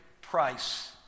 price